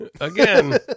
Again